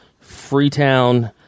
Freetown